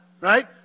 Right